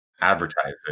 advertising